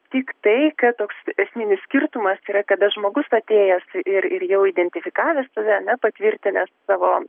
tik tai kad toks esminis skirtumas yra kada žmogus atėjęs ir ir jau identifikavę save ane nepatvirtinęs savo